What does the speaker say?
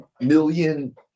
million